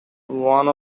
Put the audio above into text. one